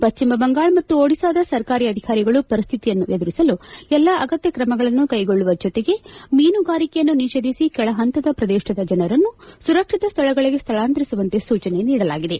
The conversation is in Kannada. ಪಶ್ಚಿಮ ಬಂಗಾಳ ಮತ್ತು ಒಡಿಶಾದ ಸರ್ಕಾರಿ ಅಧಿಕಾರಿಗಳು ಪರಿಸ್ಥಿತಿಯನ್ನು ಎದುರಿಸಲು ಎಲ್ಲ ಅಗತ್ಯ ಕ್ರಮಗಳನ್ನು ಕೈಗೊಳ್ಳುವ ಜೊತೆಗೆ ಮೀನುಗಾರಿಕೆಯನ್ನು ನಿಷೇಧಿಸಿ ಕೆಳ ಹಂತದ ಪ್ರದೇಶದ ಜನರನ್ನು ಸುರಕ್ಷಿತ ಸ್ಥಳಗಳಗೆ ಸ್ಥಳಾಂತರಿಸುವಂತೆ ಸೂಚನೆ ನೀಡಲಾಗಿದೆ